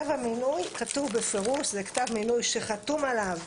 בכתב המינוי כתוב בפירוש, זה כתב מינוי שחתום עליו